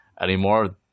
anymore